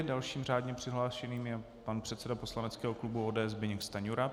Dalším řádně přihlášeným je pan předseda poslaneckého klubu ODS Zbyněk Stanjura.